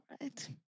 right